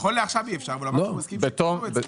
נכון לעכשיו אי אפשר אבל אמרת --- כן, בסדר.